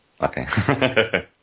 Okay